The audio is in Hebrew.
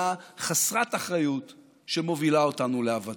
חסרת האחריות שמובילה אותנו לאבדון.